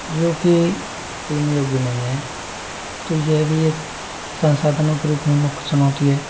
जो की पीने योग्य नहीं है तो यह भी एक संसाधनों के रूप में मुख्य चुनौती है